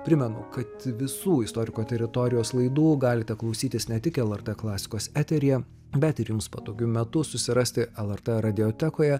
primenu kad visų istoriko teritorijos laidų galite klausytis ne tik lrt klasikos eteryje bet ir jums patogiu metu susirasti lrt radiotekoje